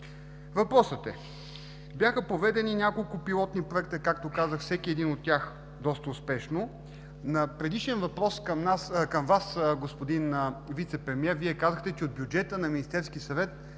досега! Бяха проведени няколко пилотни проекта, както казах, всеки един от тях – доста успешно. На предишен въпрос към Вас, господин Вицепремиер, казахте, че от бюджета на Министерския съвет